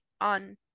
on